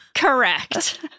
Correct